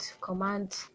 command